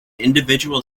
individual